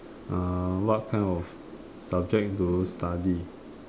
uh what kind of subject do you study